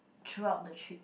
throughout the trip